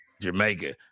Jamaica